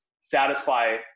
satisfy